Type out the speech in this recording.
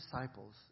disciples